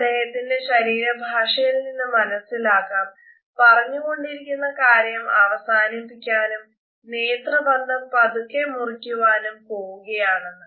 അദ്ദേഹത്തിന്റെ ശരീരഭാഷയിൽ നിന്ന് മനസിലാക്കാം പറഞ്ഞു കൊണ്ടിരിക്കുന്ന കാര്യം അവസാനിപ്പിക്കാനും നേത്രബന്ധം പതുക്കെ മുറിക്കുവാനും പോവുകയാണെന്ന്